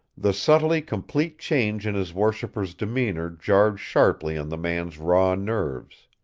the subtly complete change in his worshiper's demeanor jarred sharply on the man's raw nerves.